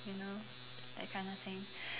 you know that kind of thing